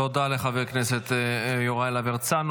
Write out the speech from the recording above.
תודה לחבר הכנסת יוראי להב הרצנו.